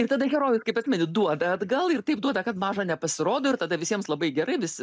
ir tada herojus kaip atmeniu duoda atgal ir taip duoda kad maža nepasirodo ir tada visiems labai gerai visi